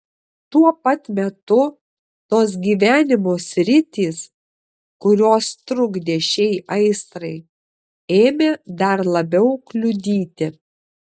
tuo pat metu tos gyvenimo sritys kurios trukdė šiai aistrai ėmė dar labiau kliudyti